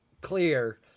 clear